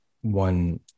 one